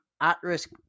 at-risk